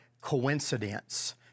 coincidence